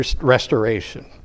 restoration